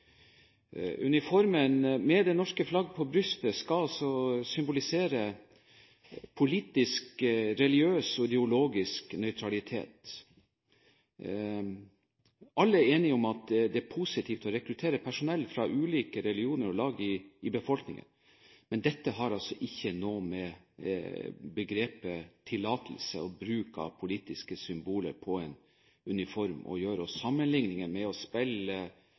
Uniformen med det norske flagg på brystet skal altså symbolisere politisk, religiøs og ideologisk nøytralitet. Alle er enige om at det er positivt å rekruttere personell fra ulike religioner og lag i befolkningen, men dette har altså ikke noe med begrepet tillatelse og bruk av politiske symboler på en uniform å gjøre. Sammenligningen med å spille